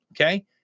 okay